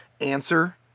answer